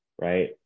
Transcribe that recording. right